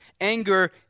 Anger